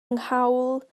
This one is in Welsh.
nghawl